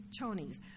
chonies